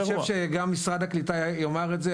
אני חושב שגם משרד הקליטה יאמר את זה,